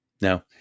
Now